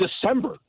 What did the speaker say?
December